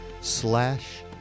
slash